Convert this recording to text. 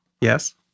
Yes